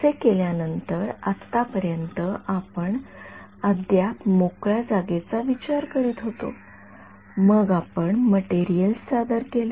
असे केल्यावर आतापर्यंत आपण अद्याप मोकळ्या जागेचा विचार करीत होतो मग आपण मटेरिअल्स सादर केले